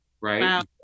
right